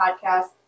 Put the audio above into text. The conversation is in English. podcast